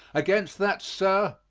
against that, sir,